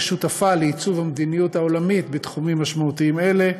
שותפה לעיצוב המדיניות העולמית בתחומים משמעותיים אלה,